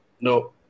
No